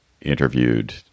interviewed